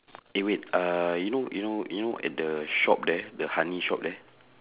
eh wait err you know you know you know at the shop there the honey shop there